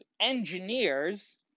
engineers